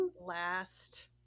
last